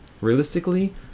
realistically